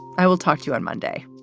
i will talk to you on monday